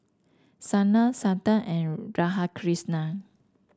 Sanal Santha and Radhakrishnan